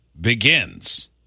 Begins